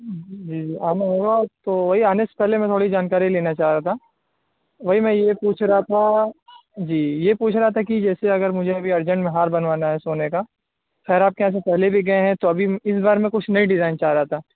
جی جی وہ تو وہی آنے سے پہلے میں تھوڑی جانکاری لینا چاہ رہا تھا وہی میں یہ پوچھ رہا تھا جی یہ پوچھ رہا تھا کہ جیسے اگر مجھے ابھی ارجنٹ میں ہار بنوانا ہے سونے کا خیر آپ کے یہاں سے پہلے بھی گئے ہیں تو ابھی اس بار میں کچھ نئی ڈیزائن چاہ رہا تھا